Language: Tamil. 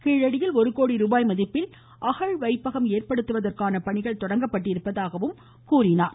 கீழடியில் ஒரு கோடி ருபாய் மதிப்பில் அகழ் வைப்பகம் ஏற்படுத்துவதற்கான பணிகள் தொடங்கப்பட்டிருப்பதாகவும் அவர் கூறினார்